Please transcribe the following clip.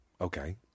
Okay